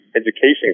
education